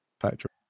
Factory